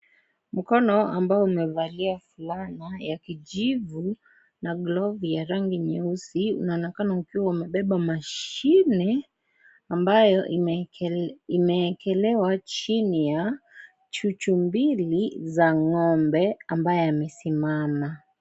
Mkono ambao umevalia fulana ya kijivu na glovu ya rangi nyeusi unaonekana umebeba mashine ambayo imeekelewa chini ya chuchu mbili za ngombe ambaye amesimama.